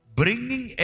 bringing